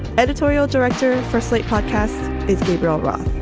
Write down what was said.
editorial director for slate podcast is gabriel roth,